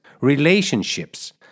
relationships